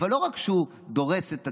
לא רק שהוא דורס את הציבור,